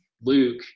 Luke